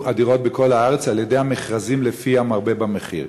הדירות בכל הארץ על-ידי המכרזים לפי המרבה במחיר.